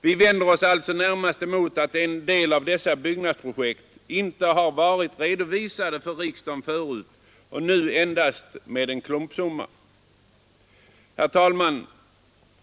Vi vänder oss alltså närmast mot att en del av dessa byggnadsprojekt inte varit redovisade för riksdagen förut och i tilläggsstaten upptagits endast med en klumpsumma. Herr talman!